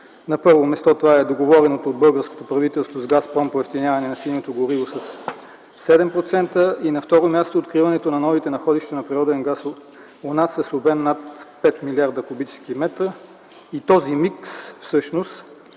на първо място, че това е договореното от българското правителство с „Газпром” поевтиняване на синьото гориво със 7% и, на второ място, откриването на новите находища на природен газ у нас с обем над 5 млрд. куб. м. И този мит всъщност